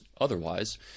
otherwise